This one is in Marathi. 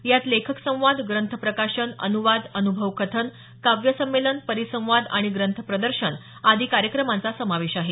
यात लेखक संवाद ग्रंथ प्रकाशन अनुवाद अनुभव कथन काव्य संमेलन परिसंवाद आणि ग्रंथ प्रदर्शन आदी कार्यक्रमांचा समावेश आहे